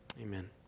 Amen